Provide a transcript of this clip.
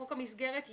חוק המסגרת,